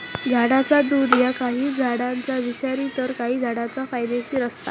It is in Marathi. झाडाचा दुध ह्या काही झाडांचा विषारी तर काही झाडांचा फायदेशीर असता